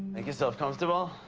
make yourself comfortable.